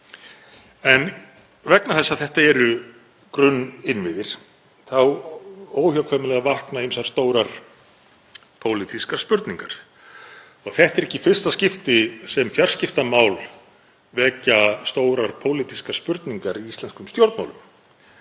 En vegna þess að þetta eru grunninnviðir þá vakna óhjákvæmilega ýmsar stórar pólitískar spurningar og þetta er ekki í fyrsta skipti sem fjarskiptamál vekja stórar pólitískar spurningar í íslenskum stjórnmálum.